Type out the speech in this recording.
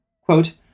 Quote